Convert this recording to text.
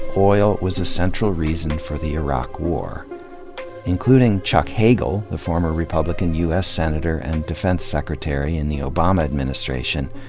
oil was a central reason for the iraq war including chuck hagel, the former republican u s. senator and defense secretary in the obama administration,